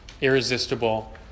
Irresistible